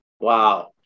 Wow